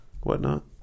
whatnot